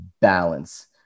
balance